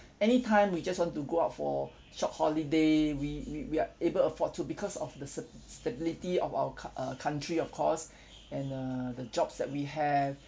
anytime we just want to go out for short holiday we we we're able afford to because of the sa~ stability of our cou~ uh country of course and err the jobs that we have